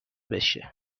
بشه